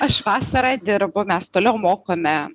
aš vasarą dirbu mes toliau mokome